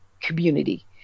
community